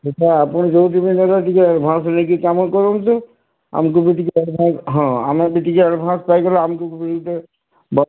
ସେଇଟା ଆପଣ ଯେଉଁଠି ବି ନେବେ ଟିକେ ଆଡ଼ଭାନ୍ସ ନେଇକି କାମ କରନ୍ତୁ ଆମକୁ ବି ଟିକେ ଆଡ଼ଭାନ୍ସ ହଁ ଆମେ ବି ଟିକେ ଆଡ଼ଭାନ୍ସ ପାଇଗଲେ ଆମକୁ ବି ଯେଉଁଟା